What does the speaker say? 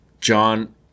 John –